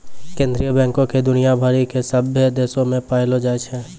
केन्द्रीय बैंको के दुनिया भरि के सभ्भे देशो मे पायलो जाय छै